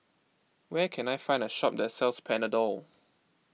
where can I find a shop that sells Panadol